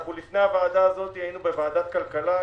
לפני הוועדה הזאת היינו בוועדת הכלכלה,